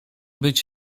być